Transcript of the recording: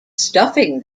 stuffing